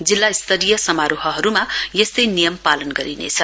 जिल्ला स्तरीय समारोहहरूमा यस्तै नियम पालन गरिनेछ